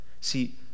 See